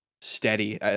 steady